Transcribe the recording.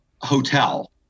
hotel